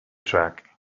track